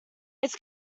its